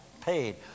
paid